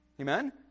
Amen